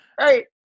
right